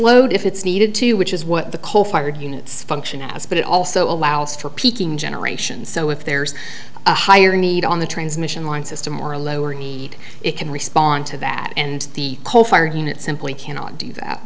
load if it's needed to which is what the coal fired units function as but it also allows for peaking generation so if there's a higher need on the transmission line system or lower it can respond to that and the coal fire unit simply cannot do that